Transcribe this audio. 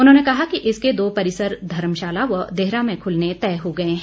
उन्होंने कहा कि इसके दो परिसर धर्मशाला व देहरा में खुलने तय हो गए हैं